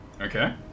Okay